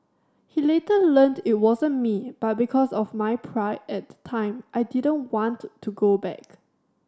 he later learned it wasn't me but because of my pride at the time I didn't want to go back